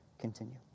continue